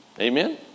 Amen